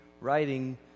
writing